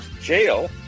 Jail